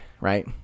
right